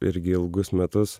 irgi ilgus metus